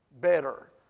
better